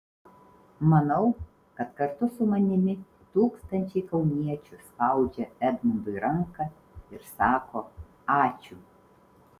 manau kad kartu su manimi tūkstančiai kauniečių spaudžia edmundui ranką ir sako ačiū